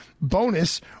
bonus